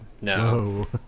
No